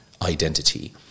Identity